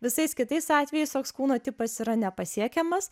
visais kitais atvejais toks kūno tipas yra nepasiekiamas